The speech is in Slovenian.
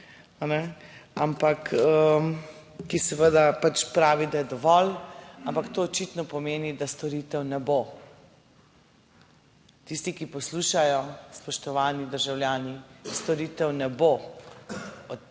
ampak, ki seveda, pač pravi, da je dovolj, ampak to očitno pomeni, da storitev ne bo. Tisti, ki poslušajo, spoštovani državljani, storitev ne bo v